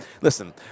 Listen